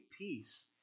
peace